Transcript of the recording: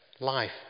Life